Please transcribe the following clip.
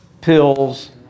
pills